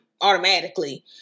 automatically